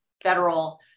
federal